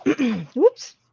Oops